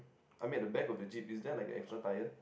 I mean at the back of the jeep is there like a extra tyre